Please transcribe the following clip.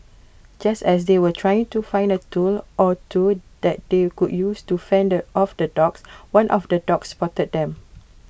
just as they were trying to find A tool or two that they could use to fend off the dogs one of the dogs spotted them